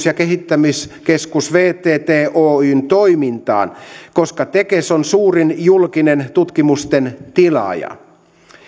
ja kehittämiskeskus vtt oyn toimintaan koska tekes on suurin julkinen tutkimusten tilaaja